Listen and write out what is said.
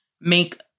make